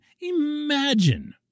imagine